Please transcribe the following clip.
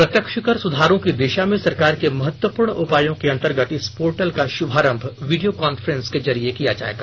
प्रत्यक्ष कर सुधारों की दिशा में सरकार के महत्वपूर्ण उपायों के अंतर्गत इस पोर्टल का शुभारंभ वीडियो कांफ्रेंस के जरिए होगा